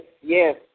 yes